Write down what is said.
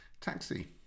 Taxi